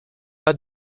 pas